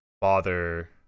bother